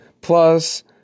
Plus